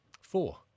Four